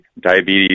diabetes